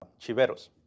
chiveros